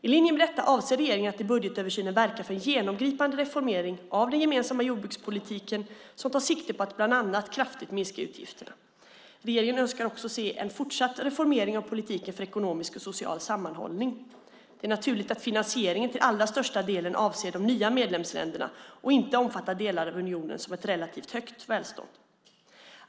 I linje med detta avser regeringen att i budgetöversynen verka för en genomgripande reformering av den gemensamma jordbrukspolitiken som tar sikte på att bland annat kraftigt minska utgifterna. Regeringen önskar också se en fortsatt reformering av politiken för ekonomisk och social sammanhållning. Det är naturligt att finansieringen till allra största delen avser de nya medlemsländerna och inte omfattar delar av unionen som har ett relativt högt välstånd.